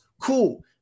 cool